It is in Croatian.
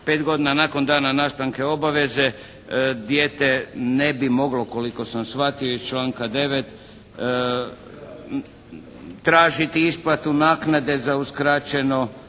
godina nakon dana nastanke obaveze dijete ne bi moglo koliko sam shvatio iz članka 9. tražiti isplatu naknade za uskraćeno